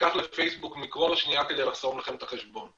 ייקח לפייסבוק מיקרון השניה כדי לחסום לכם את החשבון.